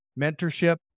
mentorship